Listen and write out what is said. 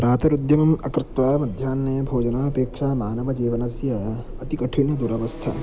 प्रातरुद्दिम् अकृत्वा मध्याह्ने भोजनापेक्षा मानवजीवनस्य अतिकठिनदुरवस्था